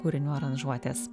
kūrinių aranžuotės